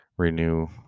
Renew